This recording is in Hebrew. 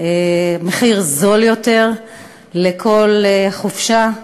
מחיר זול יותר לכל חופשה,